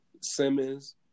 Simmons